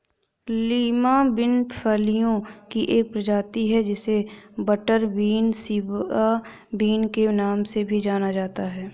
Lima bean फलियों की एक प्रजाति है जिसे बटरबीन, सिवा बिन के नाम से भी जाना जाता है